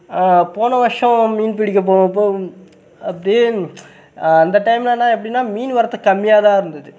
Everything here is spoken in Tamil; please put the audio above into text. போன வருஷம் மீன் பிடிக்கப் போனப்போ அப்படியே அந்த டைம்லேனா எப்படின்னா மீன் வரத்து கம்மியாக தான் இருந்தது